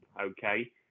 Okay